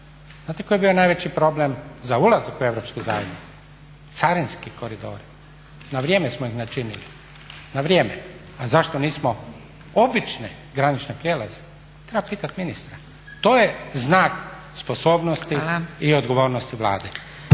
Znate koji je bio najveći problem za ulazak u Europsku zajednicu? Carinski koridori. Na vrijeme smo ih načinili, na vrijeme. A zašto nismo obične granične prijelaze treba pitat ministra. To je znak sposobnosti i odgovornosti Vlade.